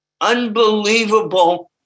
Unbelievable